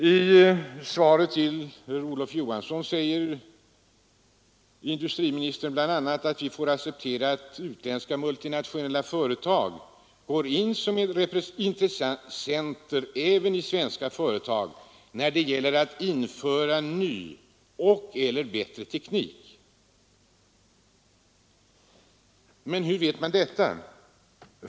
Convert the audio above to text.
I svaret till herr Olof Johansson i Stockholm säger industriministern bl.a. att vi får ”acceptera att utländska multinationella företag går in som intressenter även i större svenska företag” när det gäller att ”införa ny och/eller bättre teknik”. Men hur vet man detta?